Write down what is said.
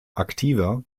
aktiver